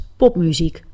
popmuziek